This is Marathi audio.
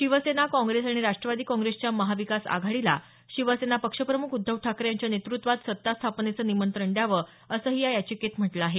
शिवसेना काँग्रेस आणि राष्ट्रवादी काँग्रेसच्या महाविकास आघाडीला शिवसेना पक्षप्रमुख उद्धव ठाकरे यांच्या नेतृत्वात सत्ता स्थापनेचं निमंत्रण द्यावं असंही या याचिकेत म्हटलं आहे